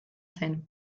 zen